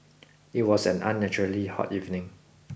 it was an unnaturally hot evening